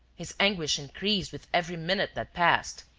his anguish increased with every minute that passed.